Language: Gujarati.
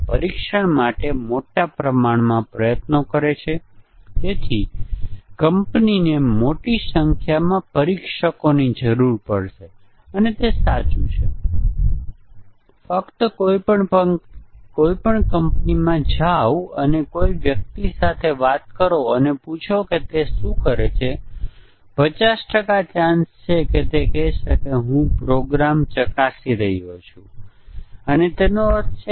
તે ધ્વજ કરશે કે મ્યુટન્ટ જીવંત છે અને જ્યારે ટેસ્ટીંગ કેસોમાં દલીલ કરવાની જરૂર હોય પરંતુ પછી જ્યારે પણ તેઓ ધ્વજનું સંશોધન કરે છે ત્યારે આપણે જાતે જ તપાસ કરવાની જરૂર છે કે આપણને સમકક્ષ મ્યુટન્ટ મળી રહ્યું છે કે નહીં અને આપણને ચિંતા નથી